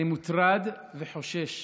אני מוטרד וחושש